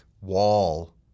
wall